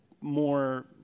more